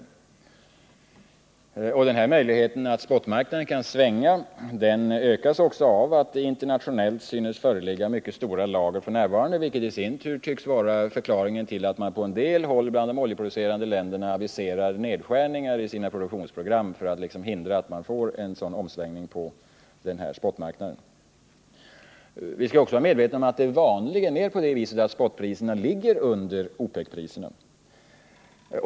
Möjligheten att priserna på spotmarknaden svänger ökar av att det internationellt synes finnas mycket stora lager f. n. Det kan i sin tur vara förklaringen till att en del av de oljeproducerande länderna aviserar en nedskärning i sina produktionsprogram. Vi skall vara medvetna om att spotpriserna vanligen ligger under OPEC-priserna.